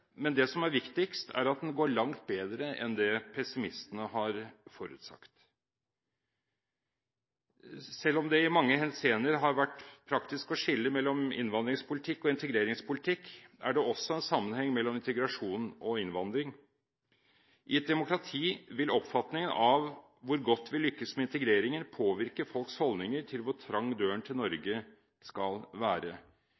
men det som er viktigst, er at den går langt bedre enn det pessimistene har forutsagt. Selv om det i mange henseender har vært praktisk å skille mellom innvandringspolitikk og integreringspolitikk, er det også en sammenheng mellom integrasjon og innvandring. I et demokrati vil oppfatningen av hvor godt vi lykkes med integreringen, påvirke folks holdninger til hvor trang døren til